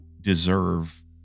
deserve